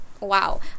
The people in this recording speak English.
wow